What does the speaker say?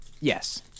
Yes